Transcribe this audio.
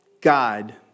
God